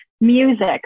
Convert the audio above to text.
music